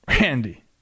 Randy